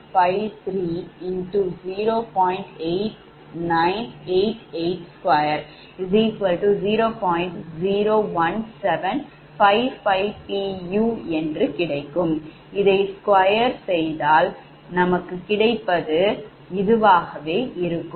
u இதை squareரில் எழுதினால் கிடைப்பது இவ்வாறு இருக்கும்